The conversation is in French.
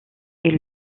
est